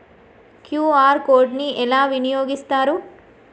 QR code ని ఎలా వినియోగిస్తారు?